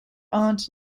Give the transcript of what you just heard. aunt